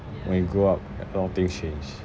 when you grow up a lot of thing change